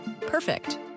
Perfect